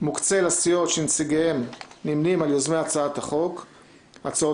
מוקצה לסיעות שנציגיהן נמנים על יוזמי הצעות החוק (הליכוד,